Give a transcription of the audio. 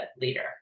leader